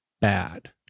bad